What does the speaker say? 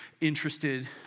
interested